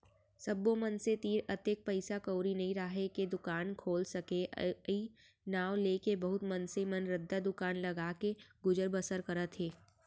सब्बो मनसे तीर अतेक पइसा कउड़ी नइ राहय के दुकान खोल सकय अई नांव लेके बहुत मनसे मन रद्दा दुकान लगाके गुजर बसर करत हें